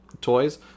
toys